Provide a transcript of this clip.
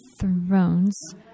thrones